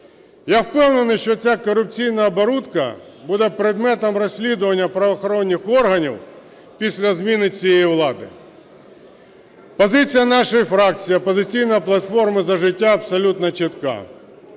Я впевнений, що ця корупційна оборудка буде предметом розслідування правоохоронних органів після зміни цієї влади. Позиція нашої фракції "Опозиційна платформа – За життя" абсолютно чітка